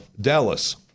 Dallas